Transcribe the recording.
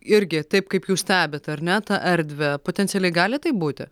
irgi taip kaip jūs stebit ar ne tą erdvę potencialiai gali taip būti